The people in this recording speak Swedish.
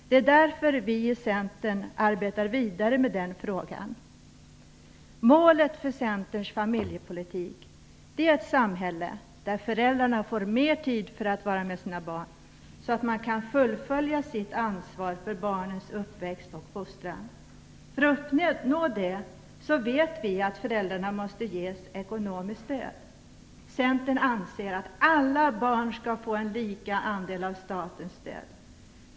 Det är därför vi i Centern arbetar vidare med den frågan. Målet för Centerns familjepolitik är ett samhälle där föräldrarna får mer tid att vara med sina barn så att de kan fullfölja sitt ansvar för barnens uppväxt och fostran. För att uppnå detta vet vi att föräldrarna måste ges ekonomiskt stöd. Centern anser att alla barn skall få lika andel av statens stöd.